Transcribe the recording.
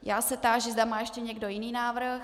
Já se táži, zda má ještě někdo jiný návrh.